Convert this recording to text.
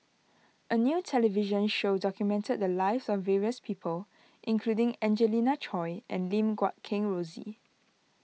a new television show documented the lives of various people including Angelina Choy and Lim Guat Kheng Rosie